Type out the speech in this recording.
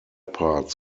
parts